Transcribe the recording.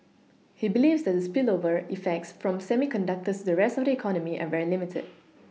he believes that the spillover effects from semiconductors the rest of the economy are very limited